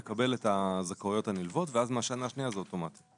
הוא מקבל את הזכאויות הנלוות ואז מהשנה השנייה זה אוטומטי.